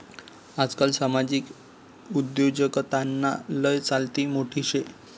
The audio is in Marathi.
आजकाल सामाजिक उद्योजकताना लय चलती मोठी शे